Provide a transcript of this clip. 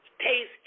Tastes